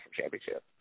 championship